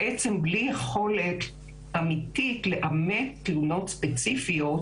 בעצם בלי יכולת לעמת תלונות ספציפיות